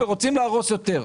ורוצים להרוס יותר.